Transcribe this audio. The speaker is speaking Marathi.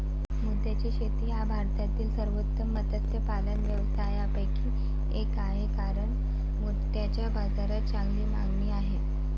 मोत्याची शेती हा भारतातील सर्वोत्कृष्ट मत्स्यपालन व्यवसायांपैकी एक आहे कारण मोत्यांना बाजारात चांगली मागणी आहे